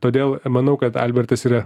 todėl manau kad albertas yra